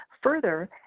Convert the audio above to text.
Further